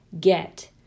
get